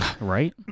right